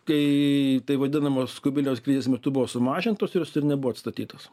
kai taip vadinamos kubiliaus krizės metu buvo sumažintos ir jos ir nebuvo atstatytos